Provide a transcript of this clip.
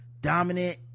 Dominant